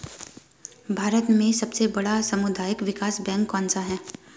भारत में सबसे बड़ा सामुदायिक विकास बैंक कौनसा है?